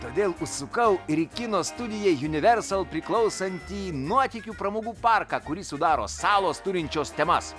todėl užsukau ir į kino studijai universal priklausantį nuotykių pramogų parką kurį sudaro salos turinčios temas